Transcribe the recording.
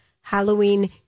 Halloween